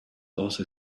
also